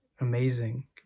amazing